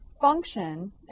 function